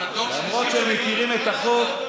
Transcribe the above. למרות שהם מכירים את החוק,